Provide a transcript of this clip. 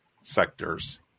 sectors